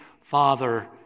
Father